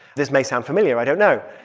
this may sound familiar. i don't know.